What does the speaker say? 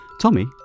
Tommy